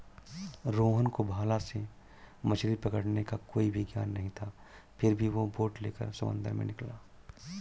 रोहन को भाला से मछली पकड़ने का कोई भी ज्ञान नहीं था फिर भी वो बोट लेकर समंदर में निकला